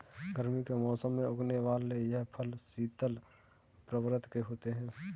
गर्मी के मौसम में उगने वाले यह फल शीतल प्रवृत्ति के होते हैं